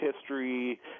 history